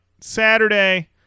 Saturday